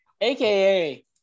AKA